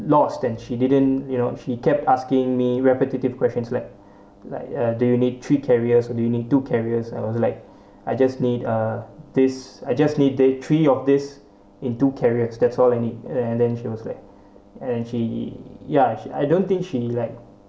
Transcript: lost then she didn't you know she kept asking me repetitive questions like like uh do you need three carriers or do you need two carriers I was like I just need a this I just need that three of this into carriers that's all I need and then she was like and she ya she I don't think she like